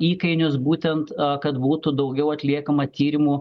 įkainius būtent kad būtų daugiau atliekama tyrimu